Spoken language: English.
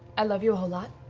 i love you a whole lot.